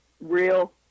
real